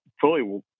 fully